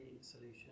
solution